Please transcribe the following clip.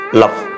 love